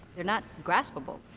they're not graspable.